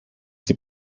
die